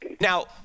Now